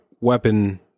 weapon